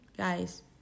guys